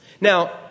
Now